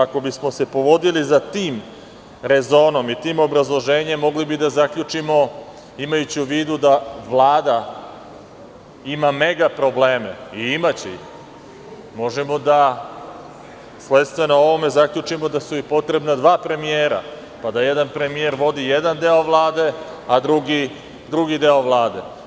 Ako bismo se povodili za tim rezonom i tim obrazloženjem, mogli bi da zaključimo, imajući u vidu da Vlada ima mega probleme i imaće ih, možemo da sledstveno ovome zaključimo da su i potrebna dva premijera, pa da jedan premijer vodi jedan deo Vlade, a drugi deo Vlade.